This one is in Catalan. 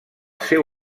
seu